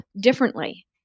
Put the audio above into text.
differently